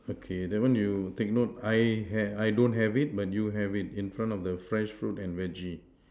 okay that one you take note I have I don't have it but you have it in front of the fresh fruit and veggie